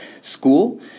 school